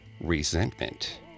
resentment